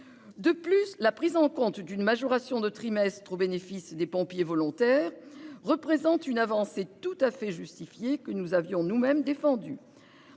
De plus, la prise en compte d'une majoration de trimestres au bénéfice des pompiers volontaires représente une avancée tout à fait justifiée, que nous avions nous-mêmes défendue.